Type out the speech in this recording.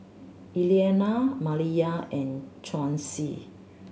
Elianna Maliyah and Chauncy